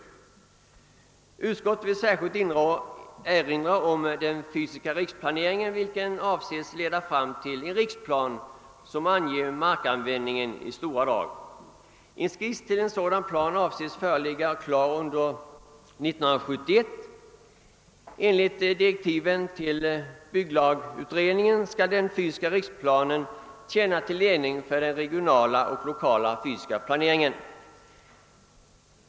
Utskottet vill särskilt erinra om den fysiska riksplaneringen, vilken avses leda fram till en riksplan som anger markanvändningen i stora drag. En skiss till en sådan plan avses föreligga klar under år 1971. Enligt direktiven till bygglagutredningen skall den fysiska riksplanen tjäna till ledning vid den regionala och lokala fysiska planeringen.